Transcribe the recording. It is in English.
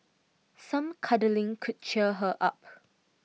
some cuddling could cheer her up